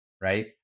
right